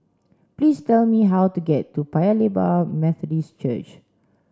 please tell me how to get to Paya Lebar Methodist Church